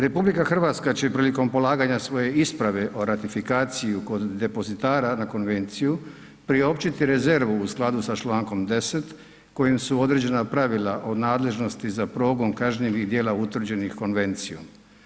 RH će prilikom polaganja svoje isprave o ratifikaciju kod depozitara na konvenciju, priopćiti rezervu u skladu sa čl. 10 kojim su određena pravila o nadležnosti za progon kažnjivih djela utvrđenih konvencijom.